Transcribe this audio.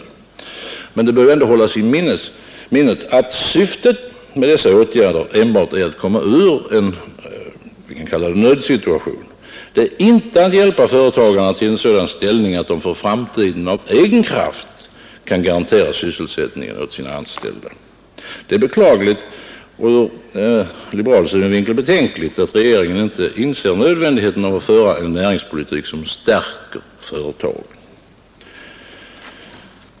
Men det bör 13 ändå hållas i minnet att syftet med dessa åtgärder enbart är att komma ur, kalla det en nödsituation — inte att hjälpa företagen till en sådan ställning att de för framtiden av egen kraft kan garantera sysselsättning åt sina anställda. Det är beklagligt och ur liberal synvinkel betänkligt att regeringen inte inser nödvändigheten av att föra en näringspolitik som stärker företagen.